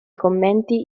commenti